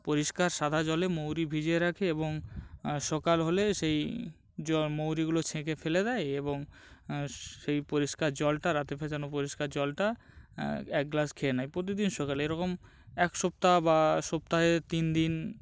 পরিষ্কার সাদা জলে মৌরি ভিজিয়ে রাখে এবং সকাল হলে সেই জ মৌরিগুলো ছেঁকে ফেলে দেয় এবং সেই পরিষ্কার জলটা রাতে ভেজানো পরিষ্কার জলটা এক গ্লাস খেয়ে নেয় প্রতিদিন সকালে এরকম এক সপ্তাহ বা সপ্তাহে তিন দিন